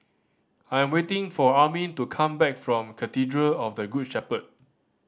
I am waiting for Armin to come back from Cathedral of the Good Shepherd